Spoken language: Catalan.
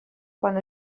quan